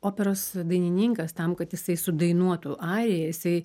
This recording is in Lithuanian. operos dainininkas tam kad jisai sudainuotų ariją jisai